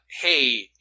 hey